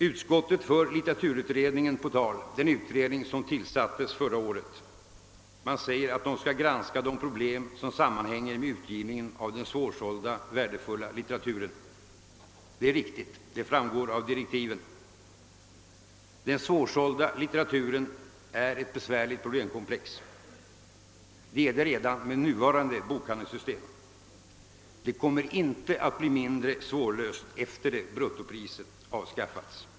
Utskottet för litteraturutredningen på tal — den tillsattes förra året — och säger, att den skall granska de problem som sammanhänger med utgivningen av den svårsålda, värdefulla litteraturen. Det är riktigt; det framgår av direktiven. Den svårsålda litteraturen är ett besvärligt problemkomplex redan med nuvarande bokhandelssystem. Det kommer inte att bli mindre svårlöst efter det att bruttopriset avskaffats.